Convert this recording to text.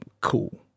cool